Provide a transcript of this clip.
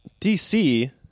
DC